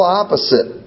opposite